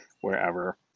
wherever